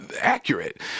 accurate